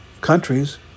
countries